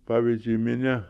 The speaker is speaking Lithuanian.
pavyzdžiui minia